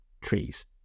trees